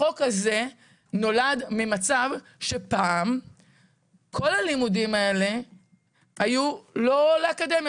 החוק הזה נולד ממצב שפעם כל הלימודים האלה היו לא לאקדמיה.